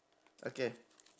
okay